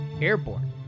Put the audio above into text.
airborne